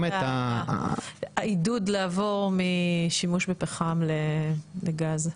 העידוד לעבור משימוש בפחם לגז.